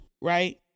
right